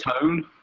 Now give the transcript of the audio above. tone